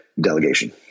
delegation